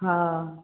हाँ